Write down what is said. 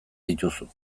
dituzu